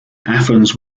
athens